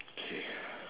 okay